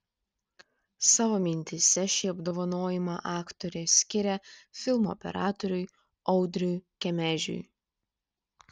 savo mintyse šį apdovanojimą aktorė skiria filmo operatoriui audriui kemežiui